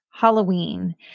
Halloween